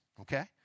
okay